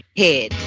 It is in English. head